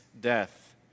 death